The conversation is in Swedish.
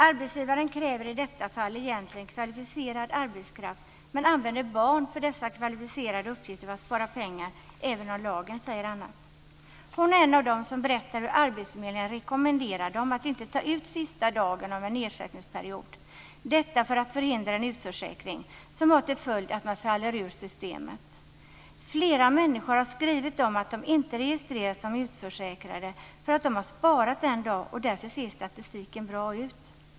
Arbetsgivaren kräver i detta fall egentligen kvalificerad arbetskraft men använder barn för dessa kvalificerade uppgifter för att spara pengar, även om lagen säger något annat. Denna kvinna är en av dem som berättar hur arbetsförmedlingen rekommenderar människor att inte ta ut den sista dagen av en ersättningsperiod för att förhindra en utförsäkring som får till följd att de så att säga faller ur systemet. Flera människor har skrivit om att de inte registreras som utförsäkrade på grund av att de har sparat en dag och att statistiken därför ser bra ut.